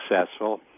successful